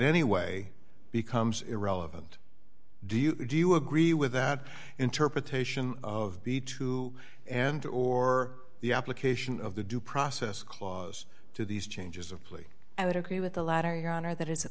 anyway becomes irrelevant do you do you agree with that interpretation of the two and or the application of the due process clause to these changes of plea i would agree with the latter your honor that it's a